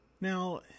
Now